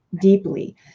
deeply